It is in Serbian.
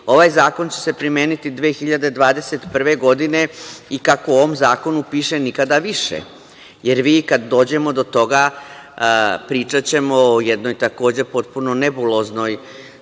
ovaj zakon će se primeniti 2021. godine i kako u ovom zakonu piše – nikada više. Jer, vi, kada dođemo do toga, pričaćemo o jednoj takođe potpuno nebuloznom